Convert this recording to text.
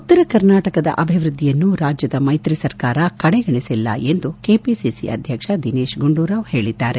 ಉತ್ತರ ಕರ್ನಾಟಕದ ಅಭಿವೃದ್ಧಿಯನ್ನು ರಾಜ್ಯದ ಮೈತ್ರಿ ಸರ್ಕಾರ ಕಡೆಗಣಿಸಿಲ್ಲ ಎಂದು ಕೆಪಿಸಿಸಿ ಅಧ್ಯಕ್ಷ ದಿನೇತ್ ಗುಂಡೂರಾವ್ ಹೇಳಿದ್ದಾರೆ